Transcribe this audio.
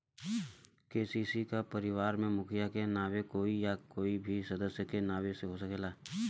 KCC का परिवार के मुखिया के नावे होई या कोई भी सदस्य के नाव से हो सकेला?